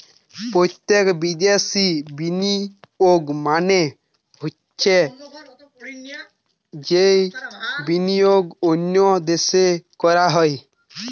প্রত্যক্ষ বিদ্যাশি বিনিয়োগ মানে হৈছে যেই বিনিয়োগ অন্য দেশে করা হয়